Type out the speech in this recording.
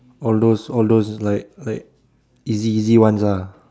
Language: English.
all those all those like like easy easy ones lah